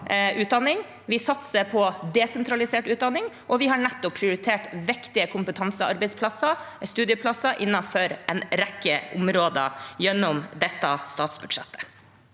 Vi satser på desentralisert utdanning, og vi har nettopp prioritert viktige kompetansestudieplasser innenfor en rekke områder gjennom dette statsbudsjettet.